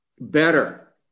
better